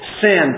sin